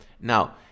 Now